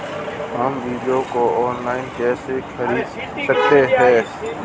हम बीजों को ऑनलाइन कैसे खरीद सकते हैं?